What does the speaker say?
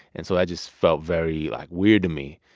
and so i just felt very, like, weird to me.